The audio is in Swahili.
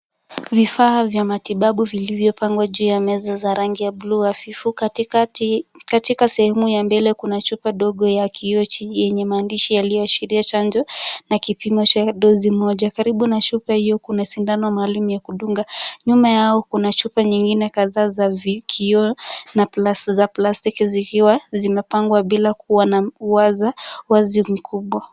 Vifaa vya matibabu vilivyopangwa juu ya meza za rangi ya bluu hafifu katikati, katika sehemu ya mbele kuna chupa ndogo ya kioo yenye maandishi yalioashiria chanjo na kipimo cha dosi moja, karibu na chupa hiyo kuna sindano maalum ya kudunga. Nyuma yao kuna chupa nyingine kadha za kioo na plus za plastiki zikiwa zimepangwa bila kuwa na uwazi mkubwa.